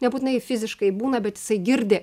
nebūtinai fiziškai būna bet jisai girdi